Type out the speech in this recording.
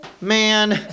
man